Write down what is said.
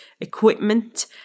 equipment